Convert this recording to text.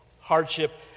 hardship